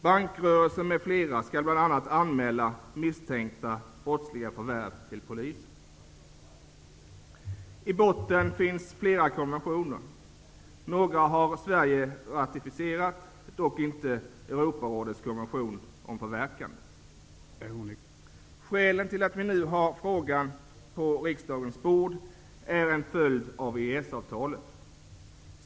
Bankrörelser m.fl. skall bl.a. anmäla misstänkta, brottsliga, förvärv till Polisen. I botten finns flera konventioner. Några har Sverige ratificerat, dock inte Europarådets konvention om förverkande. Skälen till att vi nu har frågan på riksdagens bord är en följd av EES-avtalet.